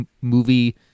movie